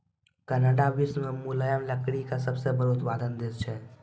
Canada विश्व मॅ मुलायम लकड़ी के सबसॅ बड़ो उत्पादक देश छै